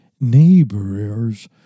neighbors